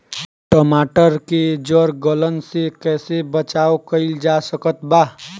टमाटर के जड़ गलन से कैसे बचाव कइल जा सकत बा?